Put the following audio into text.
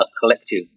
collective